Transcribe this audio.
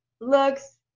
looks